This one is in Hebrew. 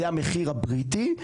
זה המחיר הבריטי,